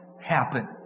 happen